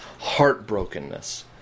heartbrokenness